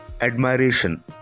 admiration